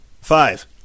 Five